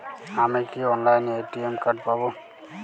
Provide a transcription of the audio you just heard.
আমি কি অনলাইনে এ.টি.এম কার্ড পাব?